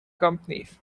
companies